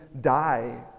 die